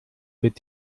wird